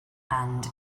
and